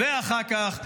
ואחר כך,